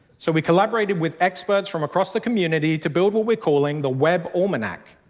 so we collaborated with experts from across the community to build what we're calling the web almanac.